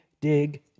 dig